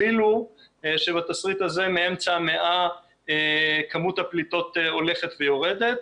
אפילו שבתשריט הזה מאמצע המאה כמות הפליטות הולכת ויורדת,